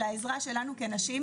לעזרה שלנו כנשים,